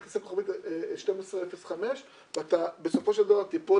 אתה תעשה 1205* ואתה בסופו של דבר תיפול